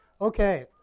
Okay